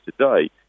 today